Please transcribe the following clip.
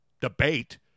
debate